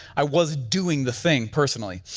i was doing the thing personally,